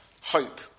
hope